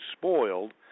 spoiled